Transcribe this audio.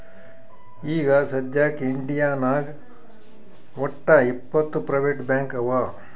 ಈಗ ಸದ್ಯಾಕ್ ಇಂಡಿಯಾನಾಗ್ ವಟ್ಟ್ ಇಪ್ಪತ್ ಪ್ರೈವೇಟ್ ಬ್ಯಾಂಕ್ ಅವಾ